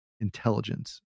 intelligence